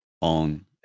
on